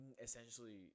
essentially